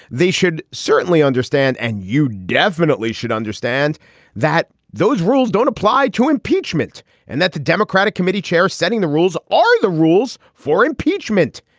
they should certainly understand and you definitely should understand that those rules don't apply to impeachment and that the democratic committee chair setting the rules, all the rules for impeachment.